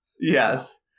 Yes